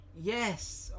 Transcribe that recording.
Yes